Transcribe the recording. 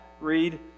read